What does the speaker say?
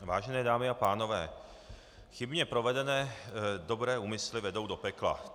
Vážené dámy a pánové, chybně provedené dobré úmysly vedou do pekla.